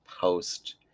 post